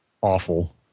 awful